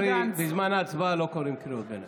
קרעי, בזמן ההצבעה לא קוראים קריאות ביניים.